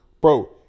Bro